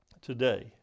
today